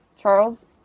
Charles